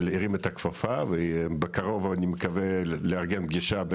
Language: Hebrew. הרים את הכפפה ובקרוב אני מקווה לארגן פגישה,